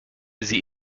sie